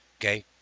okay